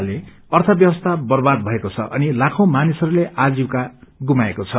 यसले गर्दा अर्थव्यवस्था बर्वाद भएको छ अनि लाखे मानिसहरूले आजीविका गुमाएको द